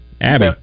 Abby